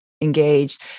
engaged